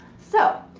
so,